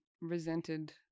resented